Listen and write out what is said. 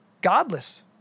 godless